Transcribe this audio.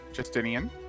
Justinian